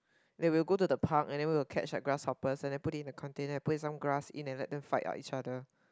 then we go to the park and we will catch grasshoppers and put it in a container and put in some grass and let them fight each other